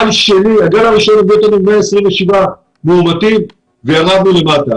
הגל הראשון הביא אותנו ל-127 מאומתים וירדנו למטה.